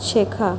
শেখা